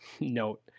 note